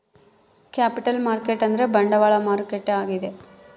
capital market ಅಂದ್ರ ಬಂಡವಾಳ ಮಾರುಕಟ್ಟೆ ಆಗ್ಯಾದ